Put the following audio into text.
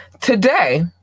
today